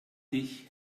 dich